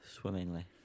swimmingly